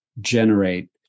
generate